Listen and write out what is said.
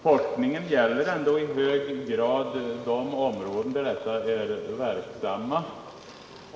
Forskningen gäller ändå i hög grad de områden där dessa är verksamma.